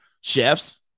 Chefs